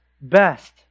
best